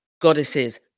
goddesses